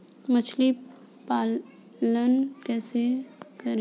मछली पालन कैसे करें?